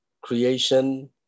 Creation